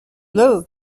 blue